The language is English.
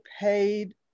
paid